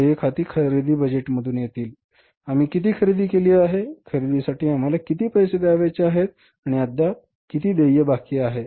देय खाती खरेदी बजेटमधून येतील आम्ही किती खरेदी केली आहे खरेदीसाठी आम्हाला किती पैसे द्यायचे आहेत आणि अद्याप किती देय बाकी आहे